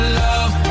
love